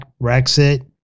Brexit